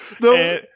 No